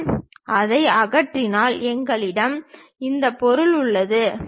நான் அதை அகற்றினால் எங்களிடம் இந்த பொருள் உள்ளது பொருள் உள்ளது